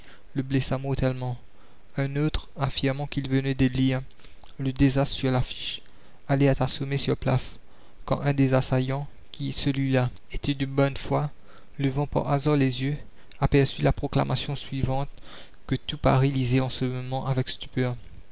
le blessa mortellement un autre affirmant qu'il venait de lire le désastre sur l'affiche allait être assommé sur place quand un des assaillants qui celui-là était de bonne foi levant par hasard les yeux aperçut la proclamation suivante que tout paris lisait en ce moment avec stupeur